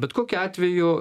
bet kokiu atveju